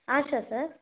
sir